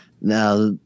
Now